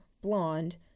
blonde